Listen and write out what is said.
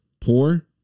poor